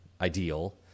ideal